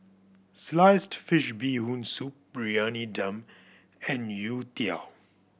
sliced fish Bee Hoon Soup Briyani Dum and youtiao